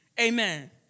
Amen